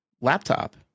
laptop